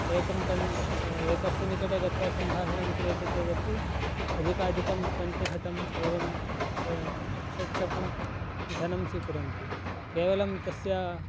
एकं कन् एकस्य निकटे गत्वा सम्भाषणं क्रियते चेदपि अधिकाधिकं पञ्चशतम् एवं ष षट्शतं धनं स्वीकुर्वन्ति केवलं तस्य